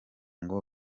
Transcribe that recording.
ngo